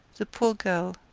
the poor girl,